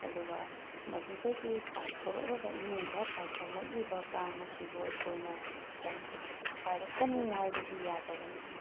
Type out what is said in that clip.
ꯑꯗꯨꯒ ꯃꯗꯨꯗꯒꯤ ꯄꯥꯏꯊꯣꯔꯛꯂꯒ ꯏꯃꯨꯡꯗ ꯄꯥꯏꯁꯤꯜꯂꯛꯂꯤꯕ ꯀꯥꯡ ꯑꯁꯤꯕꯨ ꯑꯩꯈꯣꯏꯅ ꯄꯥꯏꯔꯛꯀꯅꯨ ꯍꯥꯏꯕꯗꯤ ꯌꯥꯗꯕꯅꯤꯅ